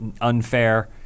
unfair